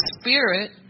spirit